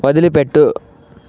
వదిలిపెట్టు